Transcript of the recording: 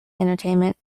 entertainment